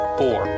four